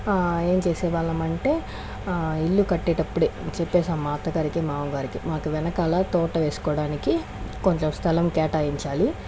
ఏం చేసే వాళ్ళమంటే ఇల్లు కట్టేడప్పుడే చెప్పేసాం మా అత్తగారికి మామగారికి మాకు వెనకాల తోట వేసుకోడానికి కొంత స్థలం కేటాయించాలి